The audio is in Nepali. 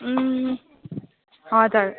हजुर